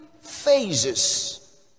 phases